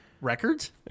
records